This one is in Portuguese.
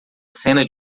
cena